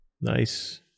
Nice